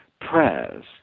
prayers